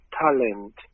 talent